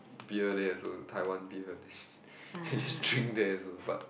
beer there also Taiwan beer then we just drink there also but